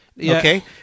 Okay